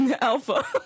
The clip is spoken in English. Alpha